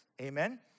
Amen